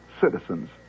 citizens